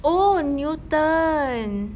oh newton